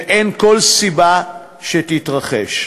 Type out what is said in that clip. ואין כל סיבה שתתרחש.